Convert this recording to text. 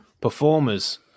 performers